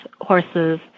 horses